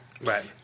Right